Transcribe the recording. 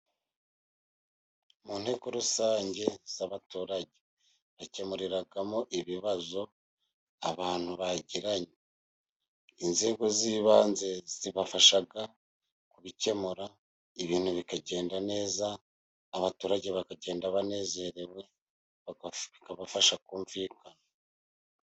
Mu nteko rusange z'abaturage bakemuriramo ibibazo abantu bagiranye. Inzego z'ibanze zibafasha kubikemura ibintu bikagenda neza. Abaturage bakagenda banezerewe, bakabafasha kumvikana.